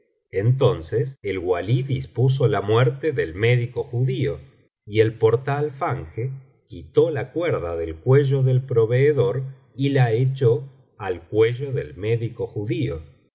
entonces el walí dispuso la muerte del médico judío y el portaalfanje quitó la cuerda del cuello del proveedor y la echó al cuello del médico judío